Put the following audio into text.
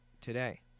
today